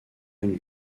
une